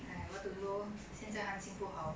!aiya! what to do 现在行情不好